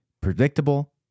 predictable